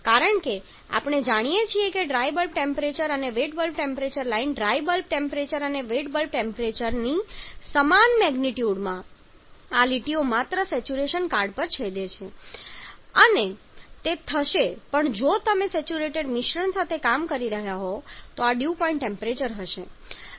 કારણ કે આપણે જાણીએ છીએ કે ડ્રાય બલ્બ ટેમ્પરેચર અને wet bulb temperature line dry bulb temperature અને વેટ બલ્બ ટેમ્પરેચરની સમાન મેગ્નિટ્યુડમાં આ લીટીઓ માત્ર સેચ્યુરેશન કાર્ડ પર છેદે છે અને તે થશે પણ જો તમે સેચ્યુરેટેડ મિશ્રણ સાથે કામ કરી રહ્યાં હોવ આ પણ ડ્યૂ પોઇન્ટ ટેમ્પરેચર હશે